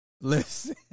listen